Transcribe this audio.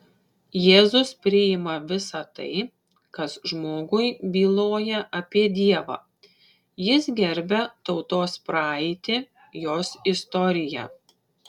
jėzus priima visa tai kas žmogui byloja apie dievą jis gerbia tautos praeitį jos istoriją